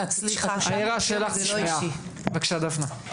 שנייה, בבקשה דפנה.